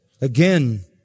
again